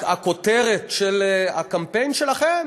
הכותרת של הקמפיין שלכם,